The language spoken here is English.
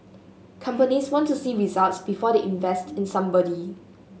companies want to see results before they invest in somebody